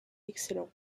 excellent